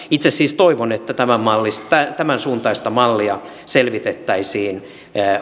itse siis toivon että tämänsuuntaista mallia selvitettäisiin